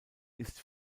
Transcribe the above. ist